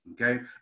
Okay